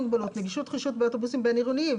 מוגבלות נגישות חושית באוטובוסים בין עירוניים.